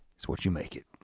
it's what you make it.